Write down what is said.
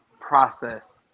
process